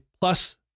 plus